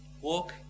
walk